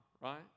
right